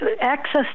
access